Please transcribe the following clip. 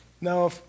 Now